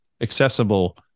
accessible